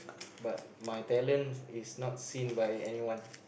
but my talent is not seen by anyone